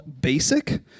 Basic